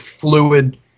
fluid